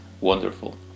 wonderful